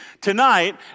Tonight